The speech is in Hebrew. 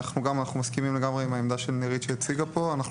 אנחנו לגמרי מסכימים עם העמדה של נירית כפי שהציגה אותה.